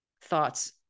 thoughts